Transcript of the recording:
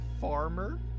farmer